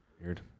Weird